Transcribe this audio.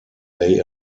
they